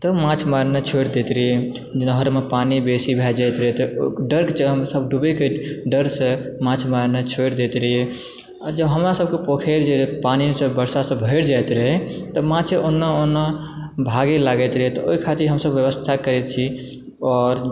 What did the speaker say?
तऽ माछ मारनाइ छोरि दैत रहिए जेना नहरमे पानि बेसी भए जाइत रहय तऽ डग जहन सब डूबय के डर से माछ मारनाइ छोरि दैत रहिए आ जे हमरा सबके पोखरि जे पानि जे वर्षा से भरि जाइत रहै तब माछ एने ओने भागे लागैत रहै तऽ ओहि ख़ातिर हमसब व्यवस्था करै छी आओर